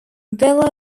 villa